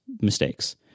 mistakes